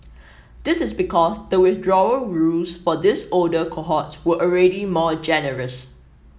this is because the withdrawal rules for these older cohorts were already more generous